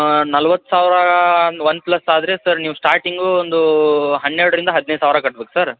ನಲ್ವತ್ತು ಸಾವಿರ one plus ಆದರೆ ಸರ್ ನೀವು ಸ್ಟಾರ್ಟಿಂಗು ಒಂದು ಹನ್ನೆರಡರಿಂದ ಹದ್ನೈದು ಸಾವಿರ ಕಟ್ಬೇಕು ಸರ್